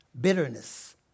bitterness